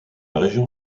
région